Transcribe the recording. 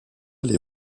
les